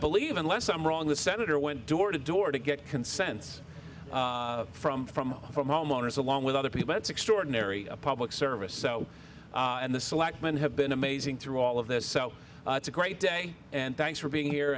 believe unless i'm wrong the senator went door to door to get consensus from from from homeowners along with other people that's extraordinary public service so and the selectmen have been amazing through all of this so it's a great day and thanks for being here